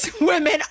women